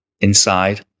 Inside